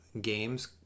games